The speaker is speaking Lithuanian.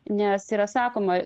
nes yra sakoma